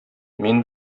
мин